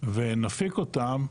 ונפיק אותם,